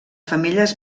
femelles